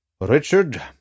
Richard